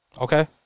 Okay